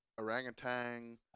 orangutan